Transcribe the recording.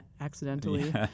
accidentally